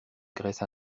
graisse